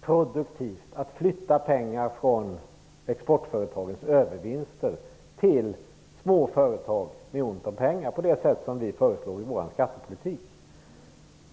produktivt att flytta pengar från exportföretagens övervinster till småföretag som har ont om pengar, på det sätt som vi föreslår i vår skattepolitik.